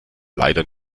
leider